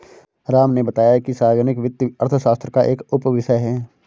राम ने बताया कि सार्वजनिक वित्त अर्थशास्त्र का एक उपविषय है